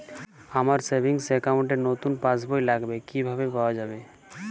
আমার savings account র নতুন পাসবই লাগবে, কিভাবে পাওয়া যাবে?